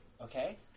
Okay